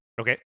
Okay